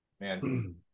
Man